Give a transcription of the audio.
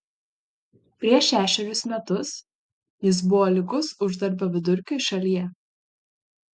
prieš šešerius metus jis buvo lygus uždarbio vidurkiui šalyje